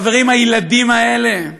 חברים, הילדים האלה,